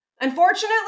Unfortunately